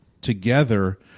together